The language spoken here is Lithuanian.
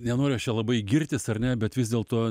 nenoriu aš čia labai girtis ar ne bet vis dėlto